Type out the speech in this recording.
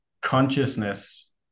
consciousness